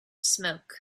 smoke